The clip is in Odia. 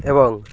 ଏବଂ